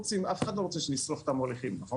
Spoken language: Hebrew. אף אחד לא רוצה שנשרוף את המוליכים, נכון?